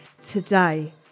Today